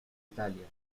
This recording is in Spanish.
italia